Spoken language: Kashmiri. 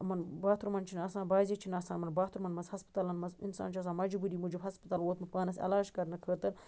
یِمن باتھروٗمن چھُ نہٕ آسان بازے چھُ نہٕ آسان یِمن باتھروٗمن منٛز ہسپتالن منٛز اِنسان چھُ آسان مجبوٗری موجوٗب ہسپتال ووٚتمُت پانس علاج کرنہٕ خٲطرٕ